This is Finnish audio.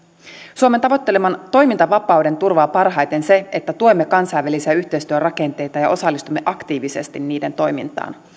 suomen tavoitteleman toimintavapauden turvaa parhaiten se että tuemme kansainvälisiä yhteistyörakenteita ja osallistumme aktiivisesti niiden toimintaan